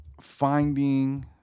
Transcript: Finding